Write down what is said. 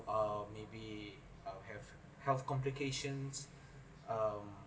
are maybe I'll have health complications um